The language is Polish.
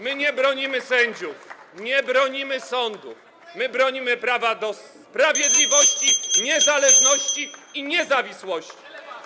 My nie bronimy sędziów, nie bronimy sądów, my bronimy prawa do sprawiedliwości, niezależności i niezawisłości.